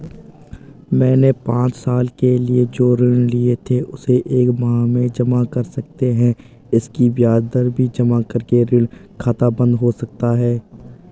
मैंने पांच साल के लिए जो ऋण लिए थे उसे एक माह में जमा कर सकते हैं इसकी ब्याज दर भी जमा करके ऋण खाता बन्द हो सकता है?